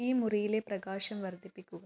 ഈ മുറിയിലെ പ്രകാശം വർധിപ്പിക്കുക